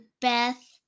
Beth